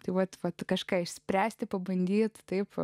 tai vat vat kažką išspręsti pabandyti taip